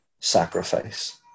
sacrifice